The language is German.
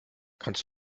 kannst